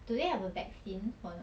do they have a vaccine or not